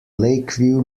lakeview